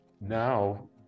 now